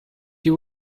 you